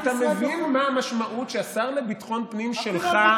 אבל אתה מבין מה המשמעות שהשר לביטחון פנים שלך,